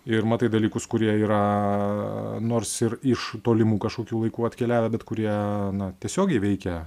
ir matai dalykus kurie yra nors ir iš tolimų kažkokių laikų atkeliavę bet kurie na tiesiogiai veikia